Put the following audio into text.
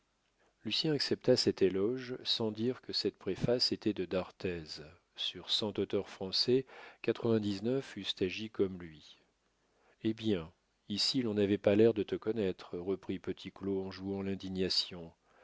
toi lucien accepta cet éloge sans dire que cette préface était de d'arthez sur cent auteurs français quatre-vingt-dix-neuf eussent agi comme lui eh bien ici l'on n'avait pas l'air de te connaître reprit petit claud en jouant l'indignation